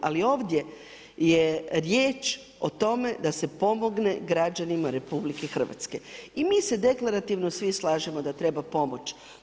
Ali ovdje je riječ o tome da se pomogne građanima RH i mi se deklarativno svi slažemo da treba pomoći.